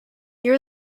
near